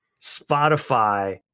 Spotify